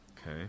okay